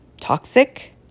toxic